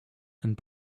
and